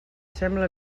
sembla